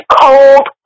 cold